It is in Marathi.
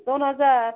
दोन हजार